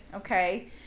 Okay